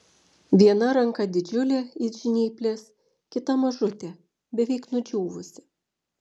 viena ranka didžiulė it žnyplės kita mažutė beveik nudžiūvusi